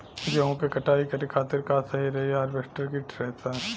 गेहूँ के कटाई करे खातिर का सही रही हार्वेस्टर की थ्रेशर?